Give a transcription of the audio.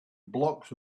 blocks